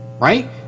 right